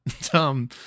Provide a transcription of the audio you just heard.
tom